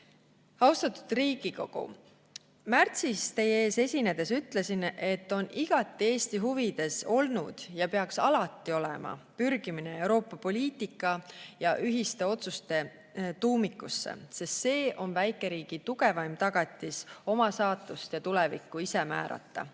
jääda. Austatud Riigikogu! Märtsis teie ees esinedes ütlesin, et on igati Eesti huvides olnud ja peaks alati olema pürgimine Euroopa poliitika ja ühiste otsuste üle otsustajate tuumikusse, sest see on väikeriigi tugevaim tagatis oma saatust ja tulevikku ise määrata.